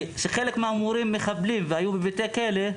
חלק מהמורים מחבלים והיו בבתי כלא.